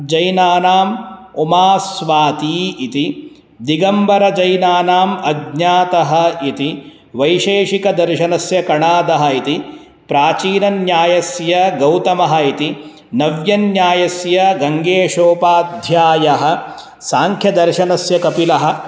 जैनानाम् उमास्वाती इति दिगम्बरजैनानाम् अज्ञातः इति वैशेषिकदर्शनस्य कणादः इति प्राचीन्यायस्य गौतमः इति नव्यन्यायस्य गङ्गेषोपाध्यायः साङ्ख्यदर्शनस्य कपिलः